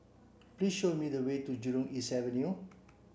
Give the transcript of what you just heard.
please show me the way to Jurong East Avenue